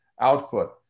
output